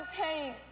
pain